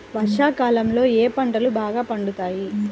వర్షాకాలంలో ఏ పంటలు బాగా పండుతాయి?